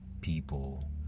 people